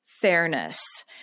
Fairness